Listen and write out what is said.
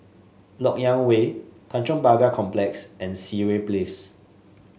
LoK Yang Way Tanjong Pagar Complex and Sireh Place